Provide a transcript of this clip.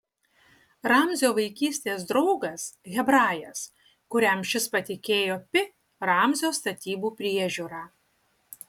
ramzio vaikystės draugas hebrajas kuriam šis patikėjo pi ramzio statybų priežiūrą